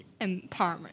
empowerment